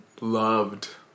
loved